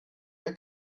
der